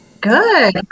Good